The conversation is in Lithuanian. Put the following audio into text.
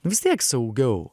vis tiek saugiau